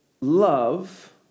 Love